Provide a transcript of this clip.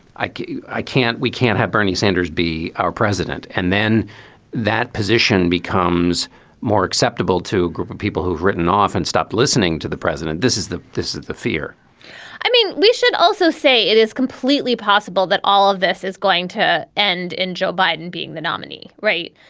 i i can't we can't have bernie sanders be our president and then that position becomes more acceptable to a group of people who've written off and stopped listening to the president. this is the this is the fear i mean, we should also say it is completely possible that all of this is going to end in joe biden being the nominee. right.